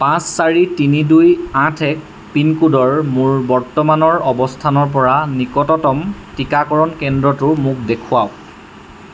পাঁচ চাৰি তিনি দুই আঠ এক পিনক'ডৰ মোৰ বৰ্তমানৰ অৱস্থানৰ পৰা নিকটতম টীকাকৰণ কেন্দ্ৰটো মোক দেখুৱাওক